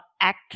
act